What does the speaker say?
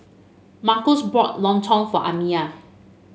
Marcos bought lontong for Amiyah